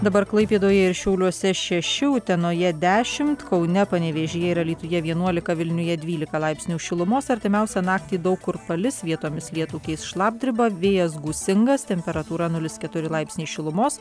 dabar klaipėdoje ir šiauliuose šeši utenoje dešimt kaune panevėžyje ir alytuje vienuolika vilniuje dvylika laipsnių šilumos artimiausią naktį daug kur palis vietomis lietų keis šlapdriba vėjas gūsingas temperatūra nulis keturi laipsniai šilumos